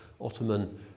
Ottoman